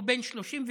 הוא בן 37,